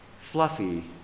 Fluffy